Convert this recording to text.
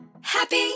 Happy